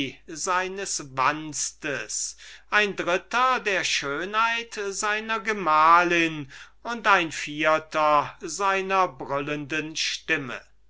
seines wanstes ein dritter der schönheit seiner gemahlin und ein vierter seiner brüllenden stimme